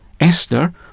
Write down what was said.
Esther